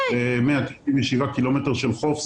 לנו יש 197 קילומטרים של חוף.